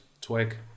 twig